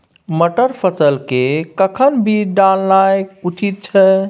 मटर फसल के कखन बीज डालनाय उचित छै?